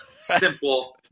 simple